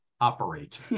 operate